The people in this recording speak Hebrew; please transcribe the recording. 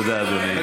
תודה, אדוני.